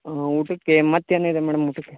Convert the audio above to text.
ಊಟಕ್ಕೆ ಮತ್ತೇನಿದೆ ಮೇಡಮ್ ಊಟಕ್ಕೆ